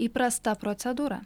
įprasta procedūra